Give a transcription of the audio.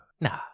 no